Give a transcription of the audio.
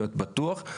להיות בטוח,